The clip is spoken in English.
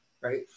right